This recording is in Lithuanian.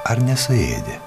ar nesuėdė